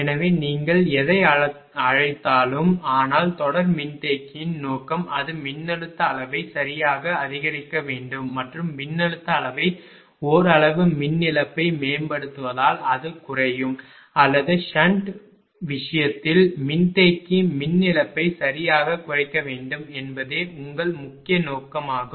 எனவே நீங்கள் எதை அழைத்தாலும் ஆனால் தொடர் மின்தேக்கியின் நோக்கம் அது மின்னழுத்த அளவை சரியாக அதிகரிக்க வேண்டும் மற்றும் மின்னழுத்த அளவை ஓரளவு மின் இழப்பை மேம்படுத்துவதால் அது குறையும் அல்லது ஷன்ட் விஷயத்தில் மின்தேக்கி மின் இழப்பை சரியாகக் குறைக்க வேண்டும் என்பதே உங்கள் முக்கிய நோக்கமாகும்